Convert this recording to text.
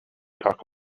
talk